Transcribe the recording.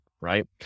right